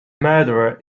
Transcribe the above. murderer